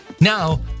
now